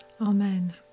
Amen